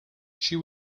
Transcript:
she